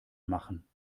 machen